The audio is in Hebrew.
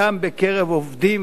גם בקרב עובדים,